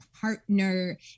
partner